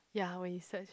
ya when you search